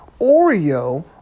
oreo